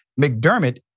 McDermott